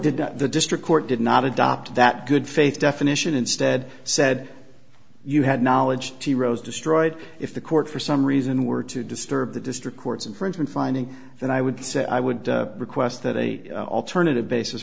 did the district court did not adopt that good faith definition instead said you had knowledge he rose destroyed if the court for some reason were to disturb the district courts infringement finding that i would say i would request that a alternative bas